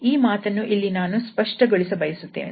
ಈ ಮಾತನ್ನು ಇಲ್ಲಿ ನಾನು ಸ್ಪಷ್ಟಗೊಳಿಸ ಬಯಸುತ್ತೇನೆ